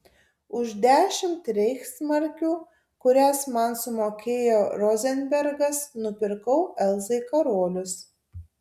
už dešimt reichsmarkių kurias man sumokėjo rozenbergas nupirkau elzai karolius